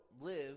live